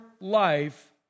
life